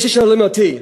יש השואלים אותי,